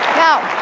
now,